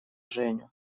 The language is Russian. женю